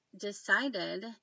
decided